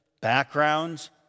backgrounds